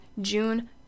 June